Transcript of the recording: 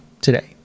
today